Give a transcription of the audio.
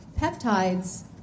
peptides